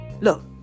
Look